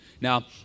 Now